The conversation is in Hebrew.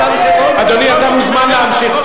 אדוני, אתה מוזמן להמשיך.